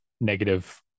negative